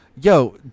yo